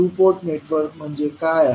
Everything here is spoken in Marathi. टू पोर्ट नेटवर्क म्हणजे काय आहे